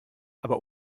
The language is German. aber